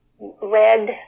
red